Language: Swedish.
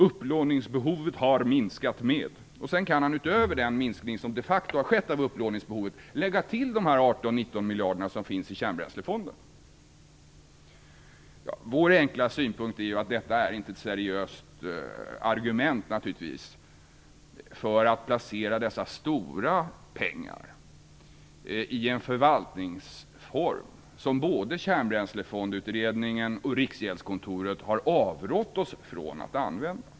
Upplåningsbehovet har minskat med - och sedan kan han utöver den minskning av upplåningsbehovet som de facto har skett lägga till de 18-19 miljarder som finns i Kärnbränslefonden. Vår enkla synpunkt är att detta naturligtvis inte är ett seriöst argument för att placera dessa stora pengar i en förvaltningsform som både Kärnbränslefondsutredningen och Riksgäldskontoret har avrått oss från att använda.